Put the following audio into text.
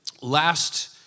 last